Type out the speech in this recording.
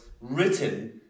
written